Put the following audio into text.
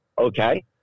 Okay